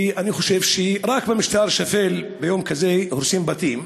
ואני חושב שרק במשטר שפל ביום כזה הורסים בתים.